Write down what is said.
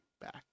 back